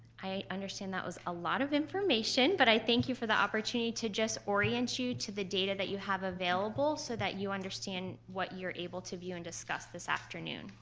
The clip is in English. i understand that was a lot of information but i thank you for the opportunity to just orient you to the data that you have available so that you understand what you're able to view and discuss this afternoon.